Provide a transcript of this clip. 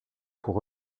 pour